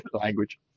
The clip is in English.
language